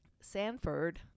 Sanford